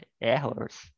errors